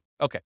Okay